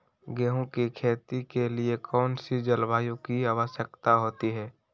गेंहू की खेती के लिए कौन सी जलवायु की आवश्यकता होती है?